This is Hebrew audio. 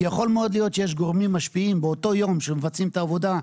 כי יכול להיות מאוד שיש גורמים משפיעים באותו יום שמבצעים את העבודה,